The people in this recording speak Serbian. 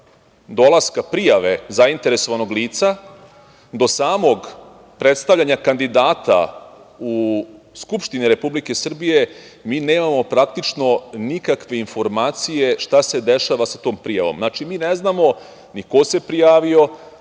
dolaska prijave zainteresovanog lica do samog predstavljanja kandidata u Skupštini Republike Srbije mi nemamo praktično nikakve informacije šta se dešava sa tom prijavom. Mi ne znamo ni ko se prijavio,